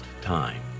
time